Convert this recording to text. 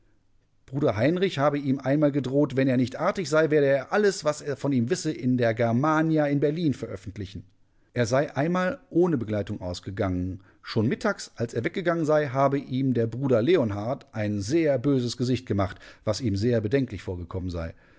bruder heinrich habe ihm einmal gedroht wenn er nicht artig sei werde er alles was er von ihm wisse in der germania in berlin veröffentlichen er sei einmal ohne begleitung ausgegangen schon mittags als er weggegangen sei habe ihm der bruder leonhard ein sehr böses gesicht gemacht was ihm sehr bedenklich vorgekommen sei